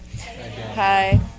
Hi